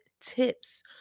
tips